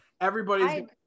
everybody's